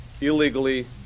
illegally